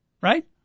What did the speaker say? Right